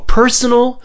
personal